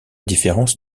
différence